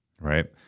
right